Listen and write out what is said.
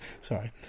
sorry